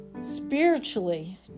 spiritually